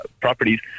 properties